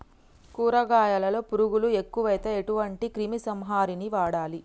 కూరగాయలలో పురుగులు ఎక్కువైతే ఎటువంటి క్రిమి సంహారిణి వాడాలి?